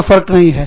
कोई फरक नहीं है